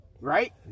Right